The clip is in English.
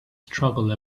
struggle